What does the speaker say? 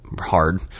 hard